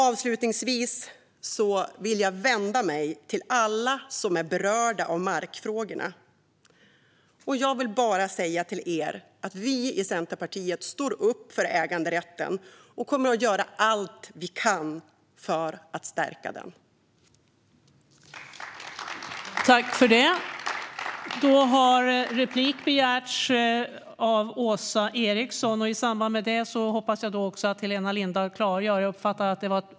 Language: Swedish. Avslutningsvis vill jag vända mig till alla som är berörda av markfrågorna: Jag vill bara säga till er att vi i Centerpartiet står upp för äganderätten och kommer att göra allt vi kan för att stärka den.